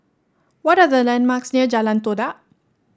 what are the landmarks near Jalan Todak